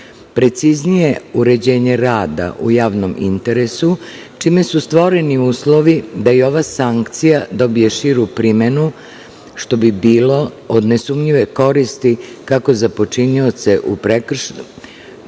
Preciznije uređenje rada u javnom interesu, čime su stvoreni uslovi da i ova sankcija dobije širu primenu, što bi bilo kod nesumnjive koristi kako za počinioce prekršaja